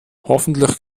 hoffentlich